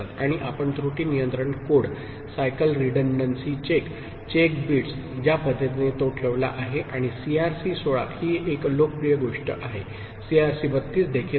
आणि आपण त्रुटी नियंत्रण code cycle redundancy check check bits ज्या पद्धतीने तो ठेवला आहे आणि सीआरसी 16 ही एक लोकप्रिय गोष्ट आहे सीआरसी 32 देखील आहे